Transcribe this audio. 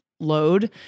load